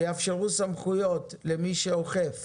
שיאפשרו סמכויות למי שאוכף